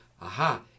aha